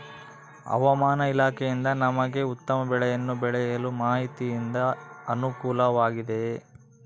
ಹವಮಾನ ಇಲಾಖೆಯಿಂದ ನಮಗೆ ಉತ್ತಮ ಬೆಳೆಯನ್ನು ಬೆಳೆಯಲು ಮಾಹಿತಿಯಿಂದ ಅನುಕೂಲವಾಗಿದೆಯೆ?